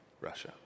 Russia